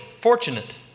Fortunate